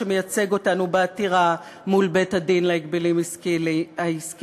שמייצג אותנו בעתירה מול בית-הדין להגבלים העסקיים,